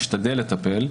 משתדל לטפל,